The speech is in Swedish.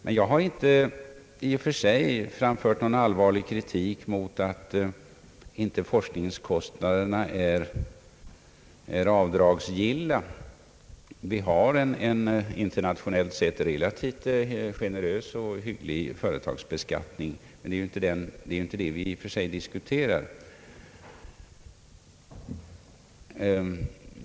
Men jag har inte i och för sig framfört någon allvarlig kritik mot att forskningskostnaderna inte är avdragsgilla. Vi har en internationellt sett relativt generös och hygglig företagsbeskattning. Men det är inte det vi diskuterar.